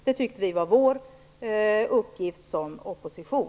Det tyckte vi var vår uppgift som opposition.